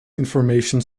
information